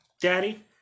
Daddy